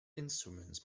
instruments